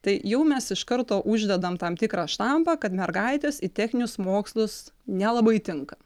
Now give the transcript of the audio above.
tai jau mes iš karto uždedam tam tikrą štampą kad mergaitės į techninius mokslus nelabai tinka